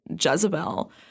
Jezebel